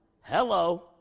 Hello